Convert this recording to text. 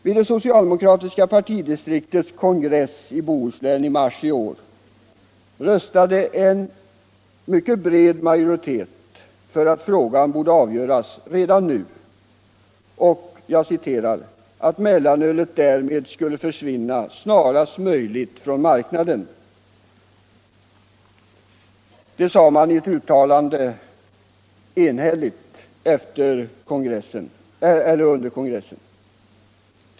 Vid det socialdemokratiska partidistriktets kongress i Bohuslän i mars i år röstade en mycket bred majoritet för att frågan borde avgöras redan nu och ”att mellanölet därmed skulle försvinna snarast möjligt från marknaden”, som det hette i det uttalande som enhälligt antogs av kongressen.